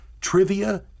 trivia